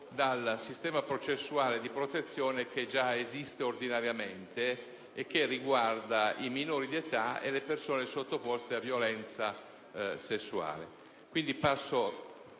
dal sistema processuale di protezione già ordinariamente esistente che riguarda i minori di età e le persone sottoposte a violenza sessuale. Passo